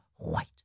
white